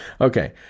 Okay